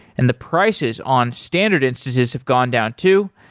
and the prices on standard instances have gone down too.